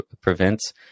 prevents